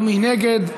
מי נגד?